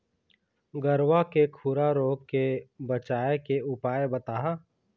गरवा के खुरा रोग के बचाए के उपाय बताहा?